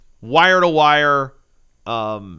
wire-to-wire